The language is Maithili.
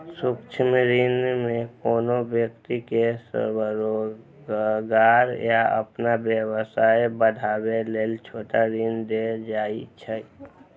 सूक्ष्म ऋण मे कोनो व्यक्ति कें स्वरोजगार या अपन व्यवसाय बढ़ाबै लेल छोट ऋण देल जाइ छै